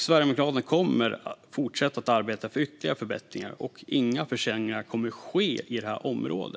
Sverigedemokraterna kommer att fortsätta att arbeta för ytterligare förbättringar, och inga försämringar kommer att ske på detta område.